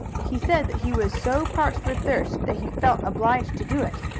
he said that he was so parched with thirst that he felt obliged to do it.